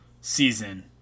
season